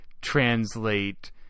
translate